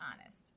honest